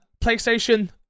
PlayStation